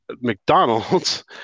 McDonald's